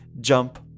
jump